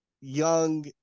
young